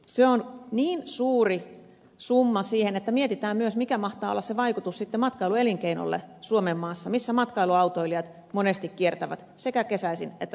se on niin suuri summa että mietitään myös mikä mahtaa olla sen vaikutus matkailuelinkeinolle suomenmaassa missä matkailuautoilijat monesti kiertävät sekä kesäisin että talvisin